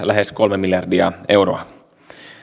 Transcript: lähes kolme miljardia euroa